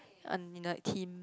un~ in like team